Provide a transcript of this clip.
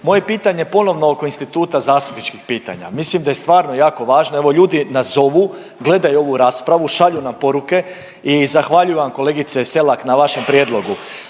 Moje pitanje ponovno oko instituta zastupničkih pitanja. Mislim da je stvarno jako važno, evo ljudi nazovu, gledaju ovu raspravu, šalju nam poruke i zahvaljivam kolegice Selak na vašem prijedlogu.